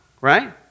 right